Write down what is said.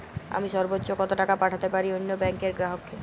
আমি সর্বোচ্চ কতো টাকা পাঠাতে পারি অন্য ব্যাংক র গ্রাহক কে?